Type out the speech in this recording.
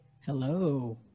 Hello